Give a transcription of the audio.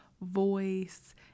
voice